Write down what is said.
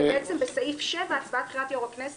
בעצם בסעיף 7: הצבעת בחירת יו"ר הכנסת